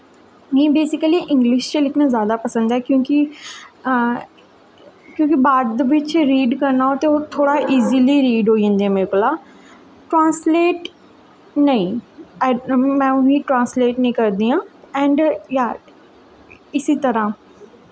मिगी basically English च लिखना जादा पसंद ऐ क्योंकि क्योंकि बाद बिच्च रीड करना होऐ ते ओह् इज़ली रीड होई जंदा ऐ मेरे कोला ट्रांसलेट नेईं में उ'नें गी ट्रांस्लेट निं करदी आं ऐंड या इसी तरह्